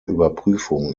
überprüfung